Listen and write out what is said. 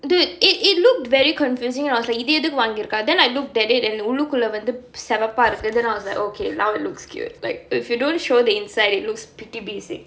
dude it it looked very confusing and I was like இது எதுக்கு வாங்கிருக்கா:ithu ethukku vaangirukkaa then I looked at it and உள்ளுக்குள்ளே வந்து:ullukkulae vanthu several parts and then I was like oh okay now it looks cute like if you don't show the inside it looks pretty basic